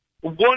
one